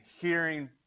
hearing